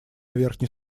верхней